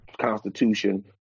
Constitution